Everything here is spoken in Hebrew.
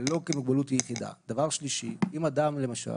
של שלוש שנים לעשות את זה.